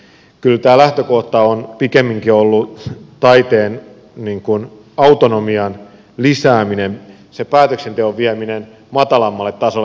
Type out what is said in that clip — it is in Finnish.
kyllä tämä lähtökohta on pikemminkin ollut taiteen autonomian lisääminen sen päätöksenteon vieminen matalammalle tasolle